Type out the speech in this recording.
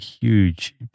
huge